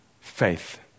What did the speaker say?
faith